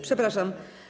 Przepraszam.